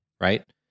right